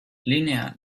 linea